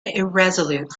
irresolute